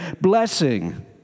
blessing